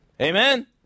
Amen